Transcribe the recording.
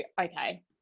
okay